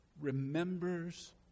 remembers